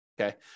okay